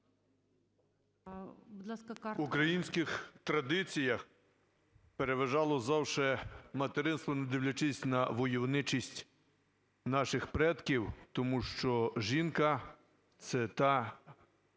В український традиціях переважало завжди материнство, не дивлячись на войовничість наших предків, тому що жінка – це та